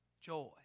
joy